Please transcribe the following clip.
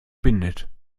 bindet